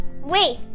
wait